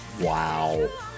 Wow